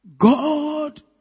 God